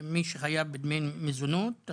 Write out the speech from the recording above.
מי שחייב בדמי מזונות,